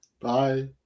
Bye